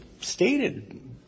stated